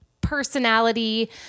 personality